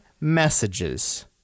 messages